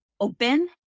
open